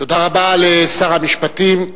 תודה רבה לשר המשפטים.